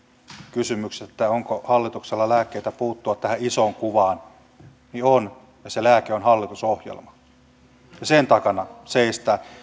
kysymyksestä onko hallituksella lääkkeitä puuttua tähän isoon kuvaan niin on ja se lääke on hallitusohjelma ja sen takana seistään